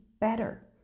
better